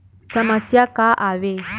समस्या का आवे?